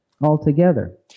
altogether